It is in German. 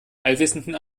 allwissenden